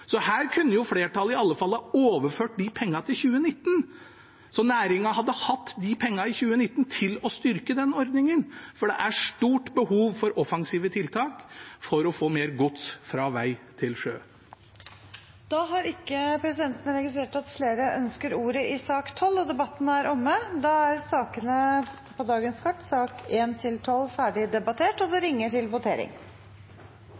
så her kunne flertallet iallfall ha overført de pengene til 2019, slik at næringen i 2019 hadde hatt de pengene til å styrke den ordningen, for det er stort behov for offensive tiltak for å få mer gods over fra vei til sjø. Flere har ikke bedt om ordet til sak nr. 12. Stortinget er da klar til å gå til votering. Under debatten er det satt frem i alt syv forslag. Det er forslag nr. 1, fra Espen Barth Eide på